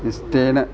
निश्चयेन